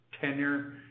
tenure